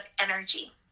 energy